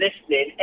listening